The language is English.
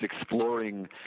exploring